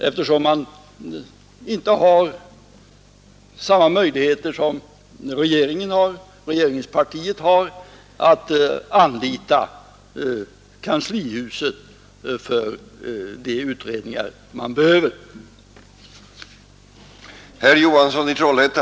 Vi har inte samma möjligheter som regeringspartiet att anlita kanslihuset för de utredningar man behöver göra.